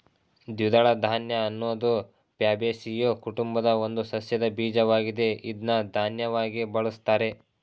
ದ್ವಿದಳ ಧಾನ್ಯ ಅನ್ನೋದು ಫ್ಯಾಬೇಸಿಯೊ ಕುಟುಂಬದ ಒಂದು ಸಸ್ಯದ ಬೀಜವಾಗಿದೆ ಇದ್ನ ಧಾನ್ಯವಾಗಿ ಬಳುಸ್ತಾರೆ